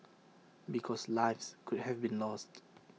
because lives could have been lost